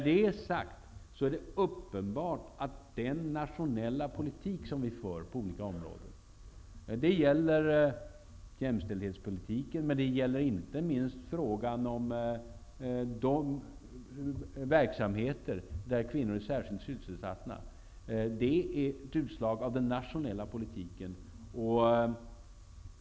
Det är uppenbart att jämställdhetspolitiken och inte minst frågan om de verksamheter där framför allt kvinnor är sysselsatta är ett utslag av den nationella politiken.